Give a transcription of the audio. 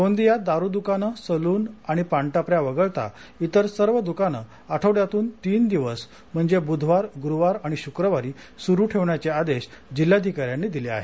गोंदियात दारू दुकानं सलून आणि पानटपऱ्या वगळता इतर सर्व दुकानं आठवड्यातून तीन दिवस म्हणजे बुधवार गुरवार आणि शुक्रवारी सुरु ठेवण्याचे आदेश जिल्हाधिकाऱ्यांनी दिले आहेत